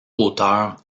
auteur